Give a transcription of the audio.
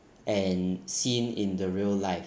and seen in the real life